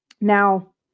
Now